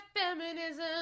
feminism